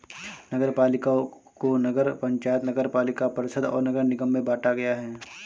नगरपालिका को नगर पंचायत, नगरपालिका परिषद और नगर निगम में बांटा गया है